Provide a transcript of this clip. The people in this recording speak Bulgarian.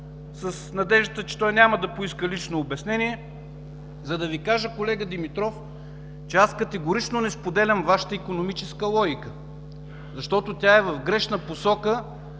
с надеждата, че няма да поиска лично обяснение, за да Ви кажа, колега Димитров, че аз категорично не споделям Вашата икономическа логика, защото тя е в грешна посока